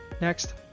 Next